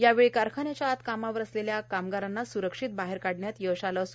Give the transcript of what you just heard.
यावेळी कारखान्याच्या आत कामावर असलेल्या कामगारांना सुरक्षित बाहेर काढण्यात यश आले आहेत